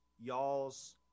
y'all's